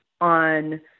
on –